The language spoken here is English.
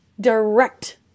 direct